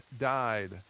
died